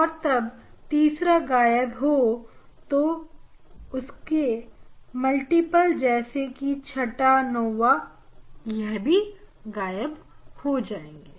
और जब तीसरा गायब होगा तो उसके मल्टीपल जैसे की छटा नोवा यह सब गायब हो जाएंगे